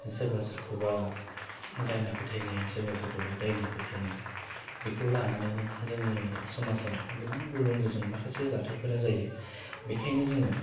सोरबो सोरखौबा दायना फोथायनाय सोरबा सोरखौबा दायनि फोथायनाय बेखौ लानानैनो जोंनि समाजाव गोबां गुलुं गुजुं माखासे जाथायफोरा जायो बेखायनो जोङो